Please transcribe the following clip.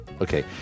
Okay